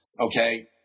okay